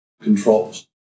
controls